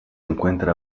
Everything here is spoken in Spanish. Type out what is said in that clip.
encuentra